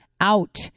out